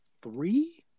three